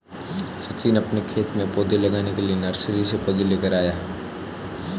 सचिन अपने खेत में पौधे लगाने के लिए नर्सरी से पौधे लेकर आया